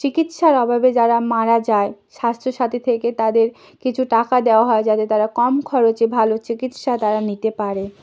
চিকিৎসার অভাবে যারা মারা যায় স্বাস্থ্যসাথী থেকে তাদের কিছু টাকা দেওয়া হয় যাতে তারা কম খরচে ভালো চিকিৎসা তারা নিতে পারে